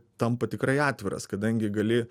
tampa tikrai atviras kadangi gali